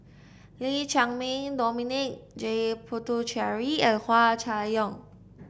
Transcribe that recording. Lee Chiaw Meng Dominic J Puthucheary and Hua Chai Yong